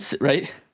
right